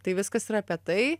tai viskas yra apie tai